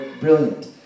brilliant